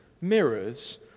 mirrors